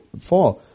four